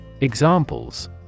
Examples